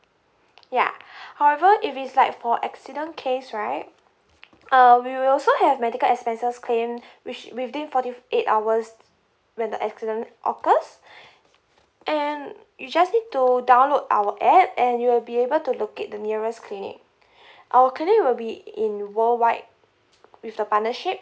yeah however if it's like for accident case right uh we will also have medical expenses claim which within forty eight hours when the accident occurs and you just need to download our app and you will be able to locate the nearest clinic our clinic will be in worldwide with the partnership